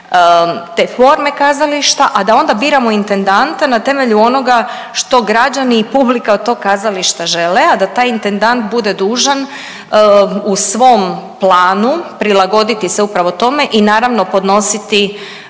te forme kazališta, a da onda biramo intendanta na temelju onoga što građani i publika od tog kazališta žele, a da taj intendant bude dužan u svom planu prilagoditi se upravo tome i naravno ponositi,